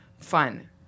Fun